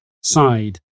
side